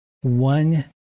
one